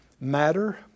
matter